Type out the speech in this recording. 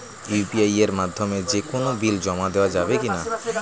UPI এর মাধ্যমে যে কোনো বিল জমা দেওয়া যাবে কি না?